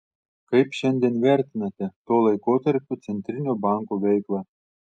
kaip šiandien vertinate to laikotarpio centrinio banko veiklą